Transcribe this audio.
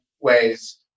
ways